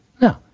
No